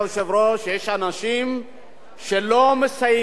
יש אנשים שלא מסיימים את החודש,